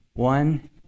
One